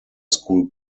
school